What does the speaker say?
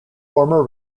former